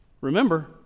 Remember